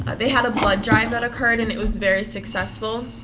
they had a blood drive that occurred and that was very successful.